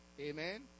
Amen